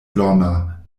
lorna